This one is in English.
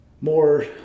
more